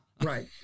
Right